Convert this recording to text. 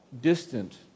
distant